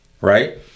right